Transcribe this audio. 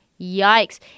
yikes